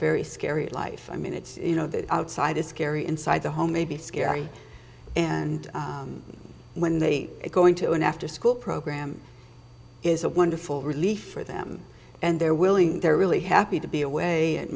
very scary life i mean it's you know the outside is scary inside the home may be scary and when they go into an afterschool program is a wonderful relief for them and they're willing they're really happy to be away